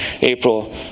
April